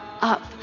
up